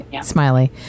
smiley